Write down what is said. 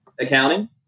accounting